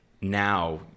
now